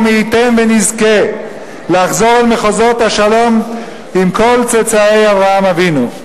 ומי ייתן ונזכה לחזור אל מחוזות השלום עם כל צאצאי אברהם אבינו.